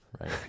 right